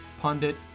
Pundit